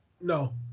no